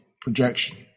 projection